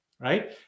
right